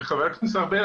וחבר הכנסת ארבל,